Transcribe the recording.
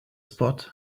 spot